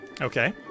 Okay